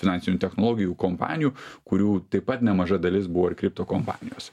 finansinių technologijų kompanijų kurių taip pat nemaža dalis buvo ir kripto kompanijos